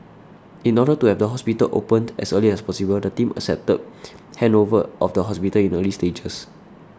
in order to have the hospital opened as early as possible the team accepted handover of the hospital in early stages